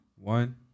One –